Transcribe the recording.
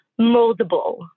moldable